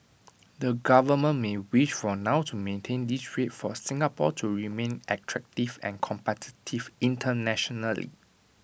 the government may wish for now to maintain this rate for Singapore to remain attractive and competitive internationally